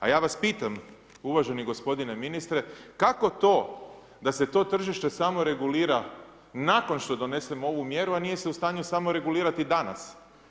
A ja vas pitam, uvaženi gospodine ministre, kako to da se to tržište samo regulira nakon što donesemo ovu mjeru, a nije se u stanju samo regulirati danas.